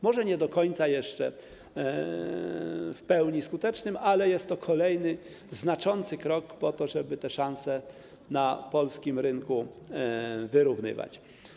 Może jeszcze nie do końca będzie on w pełni skuteczny, ale jest to kolejny znaczący krok do tego, żeby te szanse na polskim rynku wyrównywać.